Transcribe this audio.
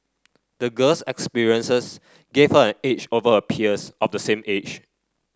the girl's experiences gave her an edge over her peers of the same age